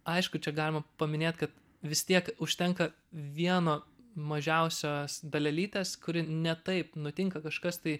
aišku čia galima paminėt kad vis tiek užtenka vieno mažiausios dalelytės kuri ne taip nutinka kažkas tai